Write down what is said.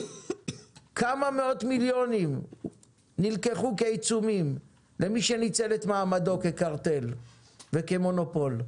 כמה מאות מיליונים נלקחו כעיצומים למי שניצל את מעמדו כקרטל וכמונופול?